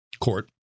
court